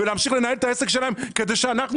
להמשיך לנהל את העסק שלהם כדי שאנחנו